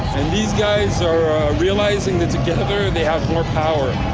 and these guys are realizing that together they have more power.